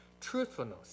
Truthfulness